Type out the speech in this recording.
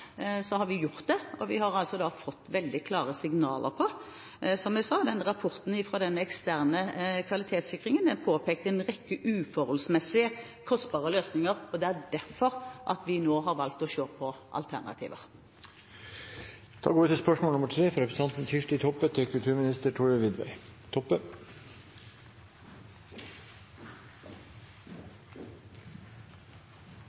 har vi gjort, og vi har – som jeg sa – fått veldig klare signaler i rapporten fra den eksterne kvalitetssikringen, der det er påpekt en rekke uforholdsmessig kostbare løsninger. Det er derfor vi nå har valgt å se på alternativer. «I et ferskt informasjonsskriv fra Arkivverkets ledelse til